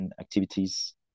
activities